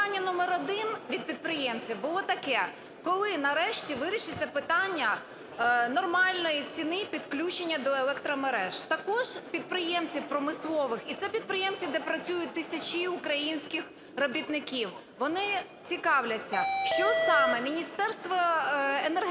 питання номер один від підприємців було таке. Коли нарешті вирішиться питання нормальної ціни підключення до електромереж? Також підприємців промислових, і це підприємства, де працюють тисячі українських робітників, вони цікавляться, що саме Міністерство енергетики